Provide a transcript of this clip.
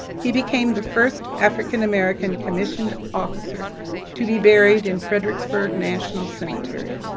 he became the first african american commissioned officer to be buried in fredericksburg national cemetery.